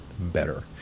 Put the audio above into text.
better